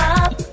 up